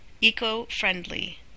eco-friendly